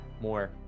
more